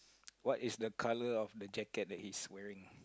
what is the colour of the jacket that he's wearing